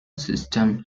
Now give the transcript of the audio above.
system